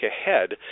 ahead